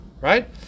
right